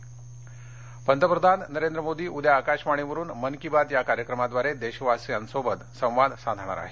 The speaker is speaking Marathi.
मनकीवात पंतप्रधान नरेंद्र मोदी उद्या आकाशवाणीवरुन मन की बात या कार्यक्रमाद्वारे देशवासियांसोबत संवाद साधणार आहेत